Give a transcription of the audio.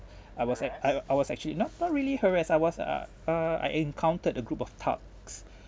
I was ac~ I was I was actually not not really harassed I was ah uh I encountered a group of thugs